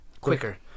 quicker